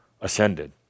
ascended